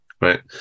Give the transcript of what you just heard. right